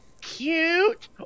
cute